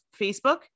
Facebook